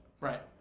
Right